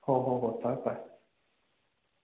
ꯍꯣ ꯍꯣ ꯍꯣꯏ ꯐꯔꯦ ꯐꯔꯦ